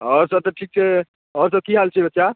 आओर सब तऽ ठीक छै आओर सब की हाल छै बच्चा